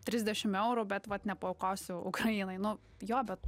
trisdešim eurų bet vat nepaaukosiu ukrainai nu jo bet